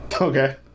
Okay